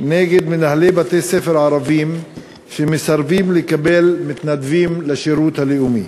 נגד מנהלי בתי-ספר ערבים שמסרבים לקבל מתנדבים לשירות הלאומי.